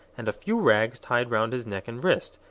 and a few rags tied round his neck and wrist,